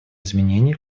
изменений